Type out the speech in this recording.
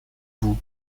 vous